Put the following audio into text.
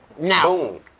Now